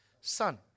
son